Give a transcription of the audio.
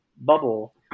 bubble